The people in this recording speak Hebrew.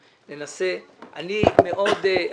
האם אנחנו כמו הודו,